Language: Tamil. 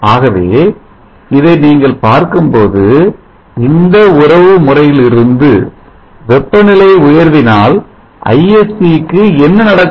ஆகவே இதை நீங்கள் பார்க்கும்போது இந்த உறவுமுறையிலிருந்து வெப்பநிலை உயர்வினால் Isc க்கு என்னநடக்கும்